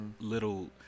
little